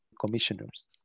commissioners